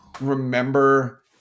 Remember